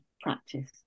practice